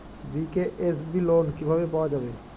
BKSB loan কিভাবে পাওয়া যাবে?